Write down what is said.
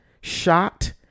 shot